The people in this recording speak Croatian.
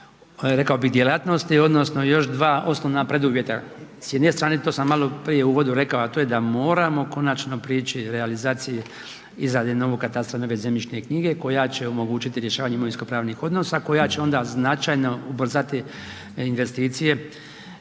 rekao bih, djelatnosti odnosno još dva osnovna preduvjeta. S jedne strane, to sam maloprije u uvodu rekao, a to je da moramo konačno prići realizaciji i izradi novog katastra, nove zemljišne knjige koja će omogućiti rješavanje imovinskopravnih odnosa koja će onda značajno ubrzati investicije